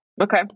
Okay